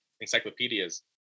encyclopedias